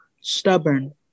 Stubborn